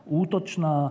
útočná